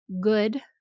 good